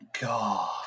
God